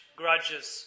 grudges